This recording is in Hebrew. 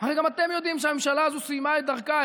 הרי גם אתם יודעים שהממשלה הזו סיימה את דרכה.